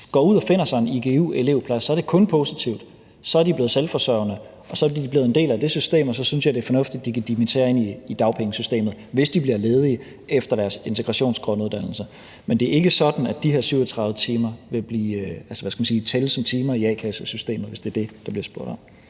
går ud og finder sig en igu-elevplads, er det kun positivt – så er de blevet selvforsørgende, og så er de blevet en del af det system, og så synes jeg, det er fornuftigt, at de kan dimittere ind i dagpengesystemet, hvis de bliver ledige efter deres integrationsgrunduddannelse. Men det er ikke sådan, at de her 37 timer vil, hvad skal man sige, tælle som arbejdstimer i a-kassesystemet – hvis det er det, der bliver spurgt om.